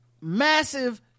massive